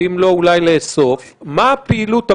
ואם לא אולי לאסוף מה הפעילות הבין-לאומית.